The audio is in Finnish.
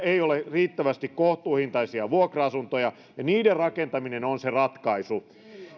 ei ole riittävästi kohtuuhintaisia vuokra asuntoja ja niiden rakentaminen on se ratkaisu